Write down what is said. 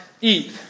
eat